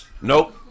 Nope